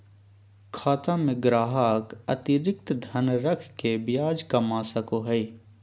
खाता में ग्राहक अतिरिक्त धन रख के ब्याज कमा सको हइ